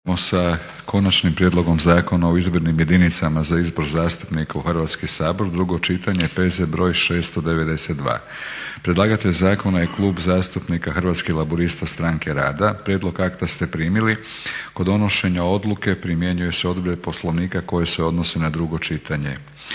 sa: - Konačnim prijedlogom Zakona o izbornim jedinicama za izbor zastupnika u Hrvatski sabor, drugo čitanje, P.Z.br. 692 – predlagatelj zakona je Klub zastupnika Hrvatskih laburista-stranke rada. Prijedlog akta ste primili. Kod donošenja odluke primjenjuju se odredbe Poslovnika koje se odnose na drugo čitanje.